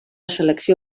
selecció